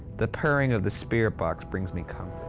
the purring of the spirit box brings me